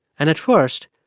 and at first,